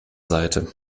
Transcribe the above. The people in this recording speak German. seite